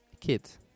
kids